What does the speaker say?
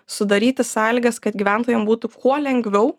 sudaryti sąlygas kad gyventojam būtų kuo lengviau